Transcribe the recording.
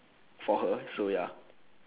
for her so ya